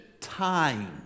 time